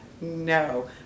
No